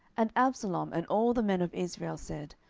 and absalom and all the men of israel said,